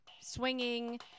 swinging